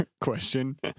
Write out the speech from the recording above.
question